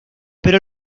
pero